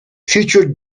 future